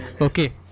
Okay